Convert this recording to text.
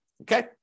okay